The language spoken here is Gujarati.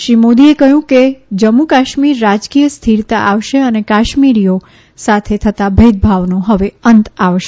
શ્રી મોદીએ કહ્યું કે જમ્મુ કાશ્મીર રાજકીય સ્થિરતા આવશે અને કાશ્મીરીઓ સાથે થતા ભેદભાવનો અંત આવશે